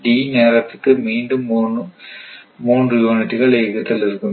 D நேரத்துக்கு மீண்டும் மூன்று யூனிட்டுகள் இயக்கத்தில் இருக்கும்